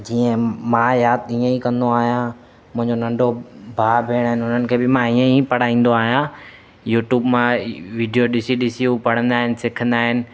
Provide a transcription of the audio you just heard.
जीअं मां यादि ईअं ई कंदो आहियां मुंहिंजो नंढो भाउ भेण आहिनि उन्हनि खे बि मां ईअं ई पढ़ाईंदो आहियां यूट्यूब मां वीडियो ॾिसी ॾिसी उहो पढ़ंदा आहिनि सिखंदा आहिनि